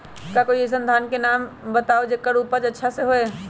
का कोई अइसन धान के नाम बताएब जेकर उपज अच्छा से होय?